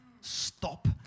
stop